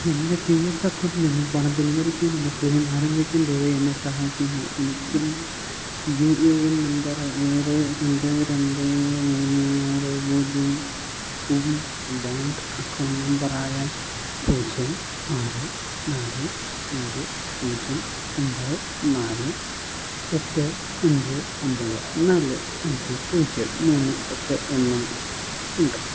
എൻ്റെ P F അക്കൗണ്ടിൽ നിന്നും പണം പിൻവലിക്കാനുള്ള ക്ലെയിം ആരംഭിക്കാൻ ദയവായി എന്നെ സഹായിക്കാമോ എനിക്കും യു എ എൻ നമ്പറായ ഏഴ് രണ്ട് രണ്ട് മൂന്ന് ആറ് പൂജ്യം ഉം ബാങ്ക് അക്കൗണ്ട് നമ്പറായ പൂജ്യം ആറ് നാല് ഏഴ് പൂജ്യം ഒമ്പത് നാല് എട്ട് അഞ്ച് ഒമ്പത് നാല് അഞ്ച് പൂജ്യം മൂന്ന് എട്ട് ഒന്നും ഉണ്ട്